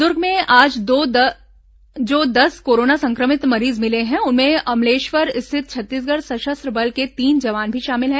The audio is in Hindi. दुर्ग में आज जो दस कोरोना संक्रमित मरीज मिले हैं उनमें अमलेश्वर स्थित छत्तीसगढ़ सशस्त्र बल के तीन जवान भी शामिल हैं